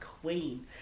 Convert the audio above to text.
Queen